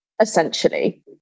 essentially